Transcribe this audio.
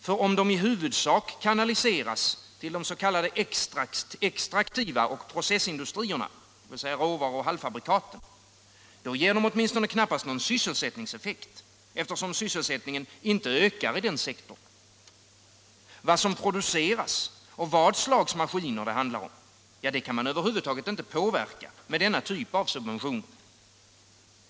Om subventionerna i huvudsak kanaliseras till de s.k. extraktiva industrierna och processindustrierna, dvs. råvarorna och halvfabrikaten, då ger de i varje fall knappast någon sysselsättningseffekt, eftersom sysselsättningen inte ökar i den sektorn. Vad som produceras och vad slags maskiner det handlar om kan man över huvud taget inte påverka med denna typ av subventioner.